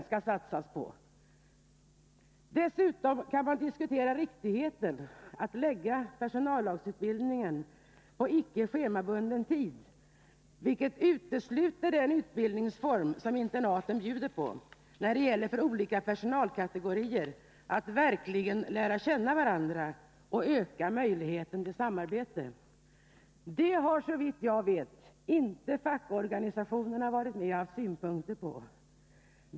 Torsdagen den Dessutom kan man diskutera riktigheten i att lägga all personallagsutbild 11 december 1980 ning till icke schemabunden tid, vilket utesluter den utbildningsform som internaten bjuder på, när det gäller för olika personalkategorier att verkligen Besparingar i lära känna varandra och öka möjligheten till samarbete. Det har såvitt jag vet statsverksamheten, inte fackorganisationerna varit med och haft synpunkter på.